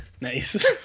Nice